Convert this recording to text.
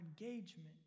engagement